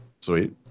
Sweet